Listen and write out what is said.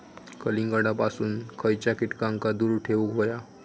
कलिंगडापासून खयच्या कीटकांका दूर ठेवूक व्हया?